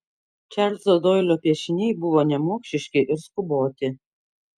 čarlzo doilio piešiniai buvo nemokšiški ir skuboti